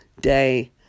day